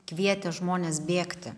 kvietė žmones bėgti